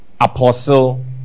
apostle